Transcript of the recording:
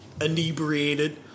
inebriated